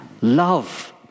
love